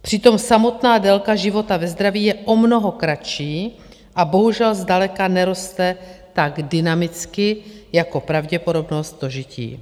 Přitom samotná délka života ve zdraví je o mnoho kratší a bohužel zdaleka neroste tak dynamicky jako pravděpodobnost dožití.